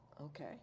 Okay